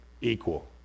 equal